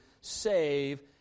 save